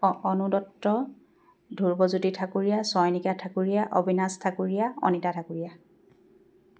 Anu Dutta Dhruvajyoti Thakuria Chayanika Thakuria Abinash Thakuria Anita Thakuria